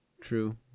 True